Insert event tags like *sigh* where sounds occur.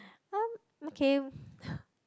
um okay *breath*